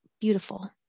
beautiful